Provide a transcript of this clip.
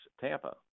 Tampa